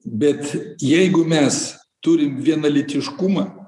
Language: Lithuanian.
bet jeigu mes turim vienalytiškumą